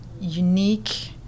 unique